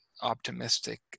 optimistic